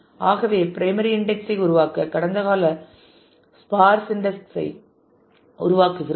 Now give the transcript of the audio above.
ஆகவே primary index ஐ உருவாக்க கடந்த கால ஸ்பார்ஸ் இன்டெக்ஸ் ஐ உருவாக்குகிறோம்